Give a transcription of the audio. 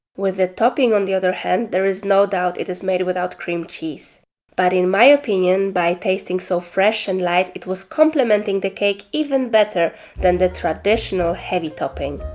with the topping on the other hand there is no doubt it is made without cream cheese but in my opinion by tasting so fresh and light it was complementing the cake even better than the traditional heavy topping.